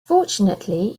fortunately